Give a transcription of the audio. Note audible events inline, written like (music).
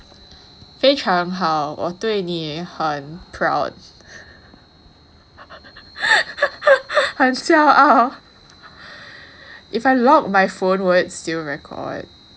非常好我对你很 proud (laughs) 很骄傲 (breath) if I lock my phone will it still record